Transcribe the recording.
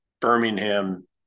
Birmingham